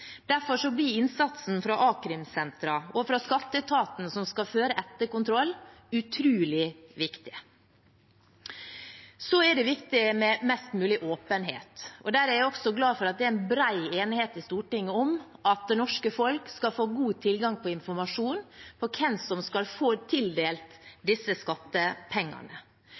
Derfor blir innsatsen fra a-krimsentrene og fra skatteetaten som skal føre etterkontroll, utrolig viktig. Så er det viktig med mest mulig åpenhet, og også der er jeg glad for at det er en bred enighet i Stortinget om at det norske folk skal få god tilgang til informasjon om hvem som skal få tildelt disse skattepengene.